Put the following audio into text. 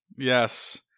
Yes